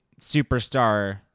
superstar